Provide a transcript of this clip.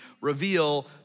reveal